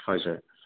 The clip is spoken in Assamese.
হয় ছাৰ